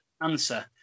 answer